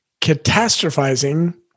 Catastrophizing